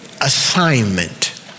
assignment